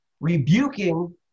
rebuking